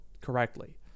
correctly